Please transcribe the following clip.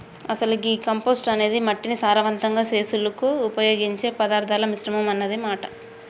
అసలు గీ కంపోస్టు అనేది మట్టిని సారవంతం సెసులుకు ఉపయోగించే పదార్థాల మిశ్రమం అన్న మాట